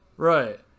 Right